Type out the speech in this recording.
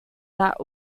that